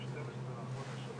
יש להן זכות מגיל 40 להגיע מדי